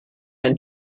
and